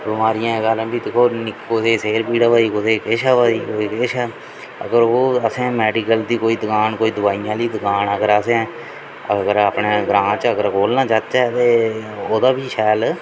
बमारिएं दे कारण बी दिक्खो कुसै गी सिर पीड़ होऐ दी कुसै गी किश होऐ दी कुसै गी किश अगर ओह् असें मैडिकल दी दकान कोई दोआइयें आह्ली दकान अगर असें अगर अपने ग्रां च अगर खोह्लना चाह्चै ते ओह्दा बी शैल